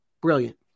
brilliant